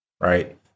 Right